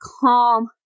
calm